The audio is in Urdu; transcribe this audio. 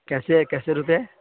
کیسے ہے کیسے روپیے